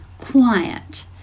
quiet